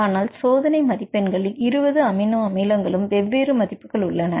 ஆனால் சோதனை மதிப்பெண்களில் 20 அமினோ அமிலங்களும் வெவ்வேறு மதிப்புகள் உள்ளன